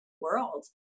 world